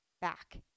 back